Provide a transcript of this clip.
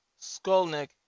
Skolnick